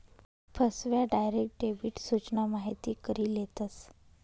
फसव्या, direct debit सूचना माहिती करी लेतस